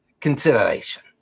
consideration